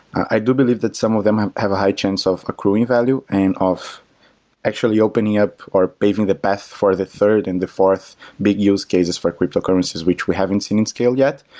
i do believe that some of them have have a high chance of accruing value and of actually opening up, or paving the path for the third and the fourth big use cases for cryptocurrencies, which we haven't seen in scale yet,